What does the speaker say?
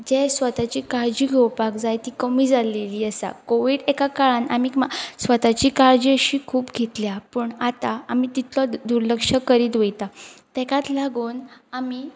जे स्वताची काळजी घेवपाक जाय ती कमी जाल्लेली आसा कोवीड एका काळान आमी स्वताची काळजी अशी खूब घेतल्या पूण आतां आमी तितलो दुर्लक्ष करीत वयता ताकाच लागून आमी